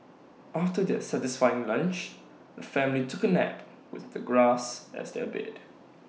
after their satisfying lunch the family took A nap with the grass as their bed